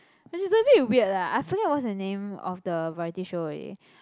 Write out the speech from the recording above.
which is a bit weird lah I forget what is the name of the variety show already